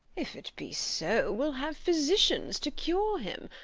if it be so, we'll have physicians to cure him.